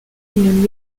une